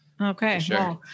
okay